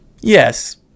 Yes